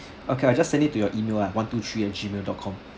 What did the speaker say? okay I just send it to your email lah one two three at gmail dot com